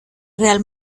real